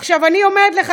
אני אומרת לך,